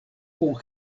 kun